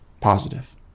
Positive